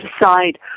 decide